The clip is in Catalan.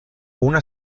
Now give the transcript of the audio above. una